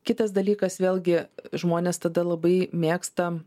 kitas dalykas vėlgi žmonės tada labai mėgsta